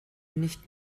nicht